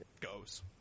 goes